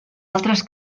altres